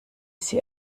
sie